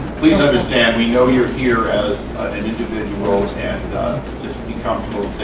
please understand we know you are here as an individual and just be comfortable